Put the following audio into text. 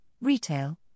retail